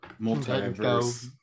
multiverse